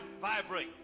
vibrate